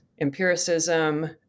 empiricism